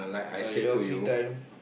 I a lot of free time